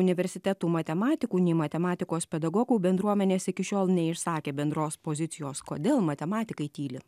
universitetų matematikų nei matematikos pedagogų bendruomenės iki šiol neišsakė bendros pozicijos kodėl matematikai tyli